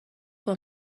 اون